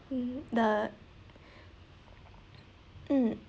mm the mm